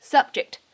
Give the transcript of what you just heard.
Subject